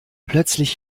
plötzlich